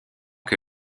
que